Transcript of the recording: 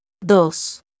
Dos